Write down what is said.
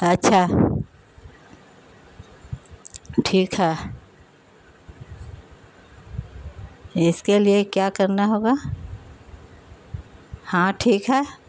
اچھا ٹھیک ہے اس کے لیے کیا کرنا ہوگا ہاں ٹھیک ہے